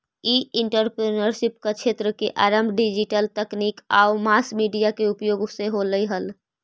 ई entrepreneurship क्क्षेत्र के आरंभ डिजिटल तकनीक आउ मास मीडिया के उपयोग से होलइ हल